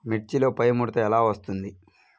మిర్చిలో పైముడత ఎలా వస్తుంది?